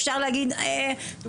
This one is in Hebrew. אפשר להגיד טוב,